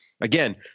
Again